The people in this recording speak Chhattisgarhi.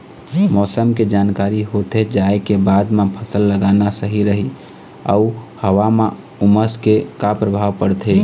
मौसम के जानकारी होथे जाए के बाद मा फसल लगाना सही रही अऊ हवा मा उमस के का परभाव पड़थे?